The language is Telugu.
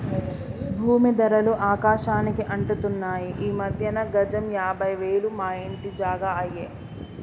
భూమీ ధరలు ఆకాశానికి అంటుతున్నాయి ఈ మధ్యన గజం యాభై వేలు మా ఇంటి జాగా అయ్యే